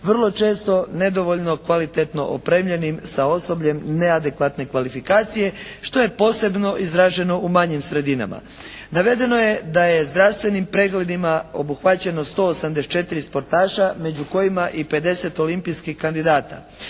vrlo često nedovoljno kvalitetno opremljenim sa osobljem neadekvatne kvalifikacije, što je posebno izraženo u manjim sredinama. Navedeno je da zdravstvenim pregledima obuhvaćeno 184 sportaša među kojima i 50 olimpijskih kandidata.